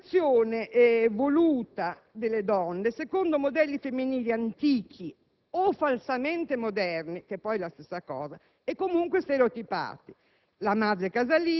una rappresentazione delle donne voluta secondo modelli femminili antichi o falsamente moderni - che poi è la stessa cosa - e comunque stereotipati: